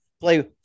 play